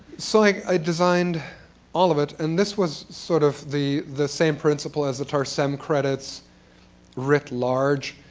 so like i designed all of it, and this was sort of the the same principal as the tarsem credits writ large,